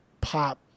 pop